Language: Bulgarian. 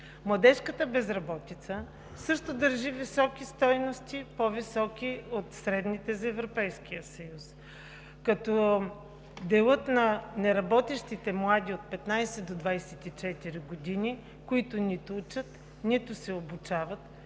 Младежката безработица също държи високи стойности – по високи от средните за Европейския съюз. Делът на неработещите млади от 15 до 24 години, които нито учат, нито се обучават,